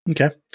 Okay